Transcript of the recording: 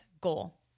goal